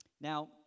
Now